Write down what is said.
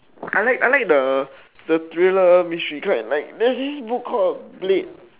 I like I like the the thriller mystery kind there's this book called blade